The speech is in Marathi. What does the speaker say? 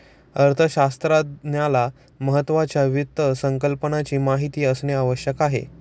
अर्थशास्त्रज्ञाला महत्त्वाच्या वित्त संकल्पनाची माहिती असणे आवश्यक आहे